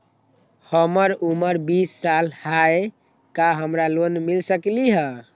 हमर उमर बीस साल हाय का हमरा लोन मिल सकली ह?